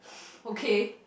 okay